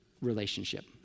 relationship